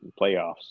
playoffs